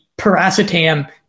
paracetam